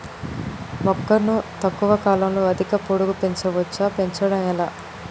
మొక్కను తక్కువ కాలంలో అధిక పొడుగు పెంచవచ్చా పెంచడం ఎలా?